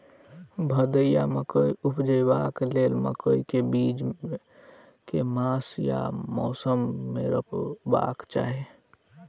भदैया मकई उपजेबाक लेल मकई केँ बीज केँ मास आ मौसम मे रोपबाक चाहि?